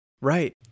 right